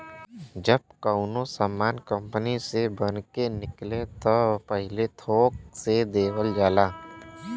जब कउनो सामान कंपनी से बन के निकले त पहिले थोक से देवल जाला